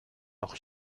noch